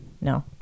No